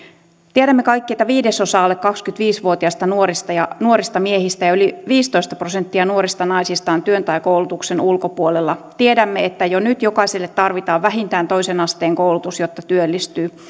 tiedämme kaikki että viidesosa alle kaksikymmentäviisi vuotiasta nuorista miehistä ja yli viisitoista prosenttia nuorista naisista on työn tai koulutuksen ulkopuolella tiedämme että jo nyt jokaiselle tarvitaan vähintään toisen asteen koulutus jotta työllistyy